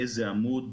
באיזה עמוד,